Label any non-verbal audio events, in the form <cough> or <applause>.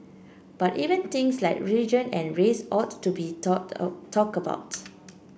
but even things like religion and race ought to be talked <unintelligible> talked about